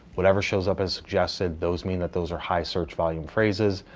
whatever shows up as suggested, those mean that those are high search volume phrases,